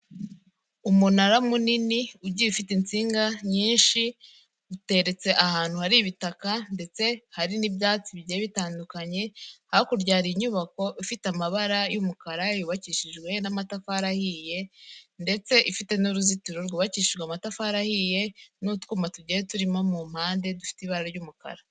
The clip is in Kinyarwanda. Umunara munini ugiye ufite insinga nyinshi uteretse ahantu hari ibitaka ndetse hari n'ibyatsi bigiye bitandukanye hakurya hari inyubako ifite amabara y'umukara yubakishijwe amatafari ahiye ndetse ifite n'uruzitiro rwubakishijwe amatafari ahiye n'utwuma tugiye turimo mu mpande dufite ibara ry'umukara.